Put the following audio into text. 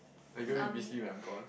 I'm going to miss me when I'm gone